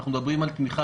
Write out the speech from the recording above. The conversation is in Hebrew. אנחנו מדברים על תמיכה,